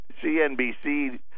CNBC